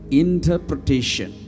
interpretation